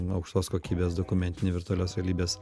aukštos kokybės dokumentinį virtualios realybės